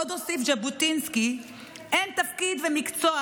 עוד הוסיף ז'בוטינסקי: "אין תפקיד ומקצוע